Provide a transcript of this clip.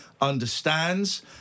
understands